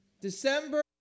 December